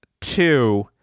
two